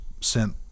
sent